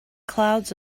clouds